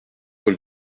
paul